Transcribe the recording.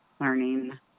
learning